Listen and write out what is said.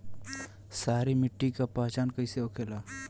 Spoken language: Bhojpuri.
सारी मिट्टी का पहचान कैसे होखेला?